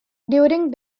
during